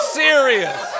serious